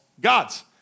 gods